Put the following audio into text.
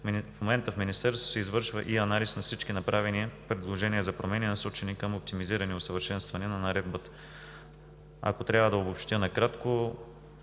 В момента в Министерството се извършва и анализ на всички направени предложения за промени насочени към оптимизиране и усъвършенстване на Наредбата. Ако трябва да обобщя накратко,